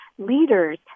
leaders